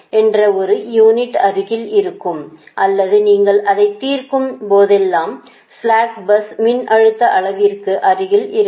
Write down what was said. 0 என்ற ஒரு யூனிட்டுக்கு அருகில் இருக்கும் அல்லது நீங்கள் அதை தீர்க்கும் போதெல்லாம் ஸ்ளாக் பஸ் மின்னழுத்த அளவிற்கு அருகில் இருக்கும்